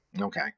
Okay